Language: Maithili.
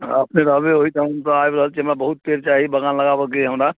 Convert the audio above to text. हँ अपने रहबै ओहिठाम हम सब आबि रहल छी हमरा बहुत पेड़ चाही बगान लगाबऽ के अइ हमरा